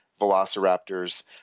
velociraptors